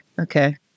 Okay